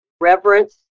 reverence